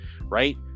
right